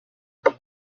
how